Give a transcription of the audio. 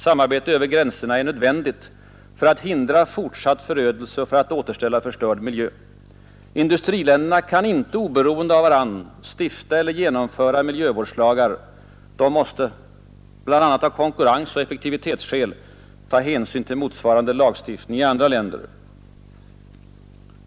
Samarbete över gränserna är nödvändigt för att hindra fortsatt förödelse och för att återställa förstörd miljö. Industriländerna kan inte oberoende av varandra stifta eller genomföra miljövårdslagar. De måste, bl.a. av konkurrensoch effektivitetsskäl, ta hänsyn till motsvarande lagstiftning i andra länder.